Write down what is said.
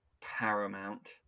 paramount